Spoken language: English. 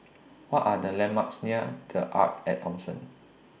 What Are The landmarks near The Arte At Thomson